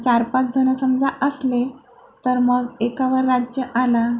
चार पाचजणं समजा असले तर मग एकावर राज्य आला